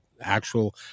actual